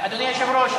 אדוני היושב-ראש,